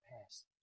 past